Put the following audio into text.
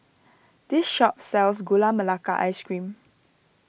this shop sells Gula Melaka Ice Cream